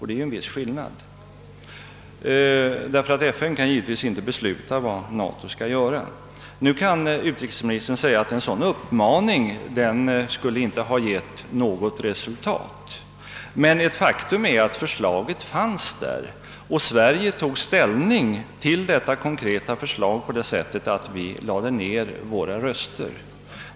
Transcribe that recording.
Det är en viss skillnad. FN kan givetvis inte besluta vad NATO skall göra. Utrikesministern kan = naturligtvis hävda att en sådan uppmaning inte skulle ha gett något resultat. Ett faktum är dock att detta konkreta förslag fanns och att Sverige tog ställning till det på det sättet att vi lade ned vår röst.